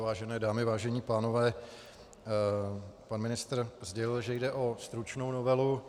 Vážené dámy, vážení pánové, pan ministr sdělil, že jde o stručnou novelu.